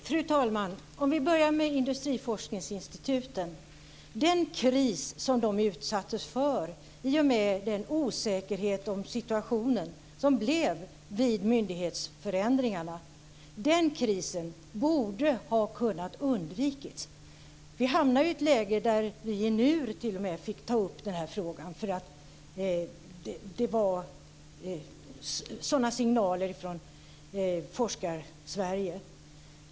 Fru talman! Låt oss börja med industriforskningsinstituten. Den kris som de utsattes för i och med den osäkerhet om situationen som blev vid myndighetsförändringarna borde ha kunnat undvikas. Vi hamnade i ett läge där vi i NUR t.o.m. fick ta upp frågan, för det var sådana signaler från Forskarsverige.